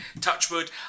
Touchwood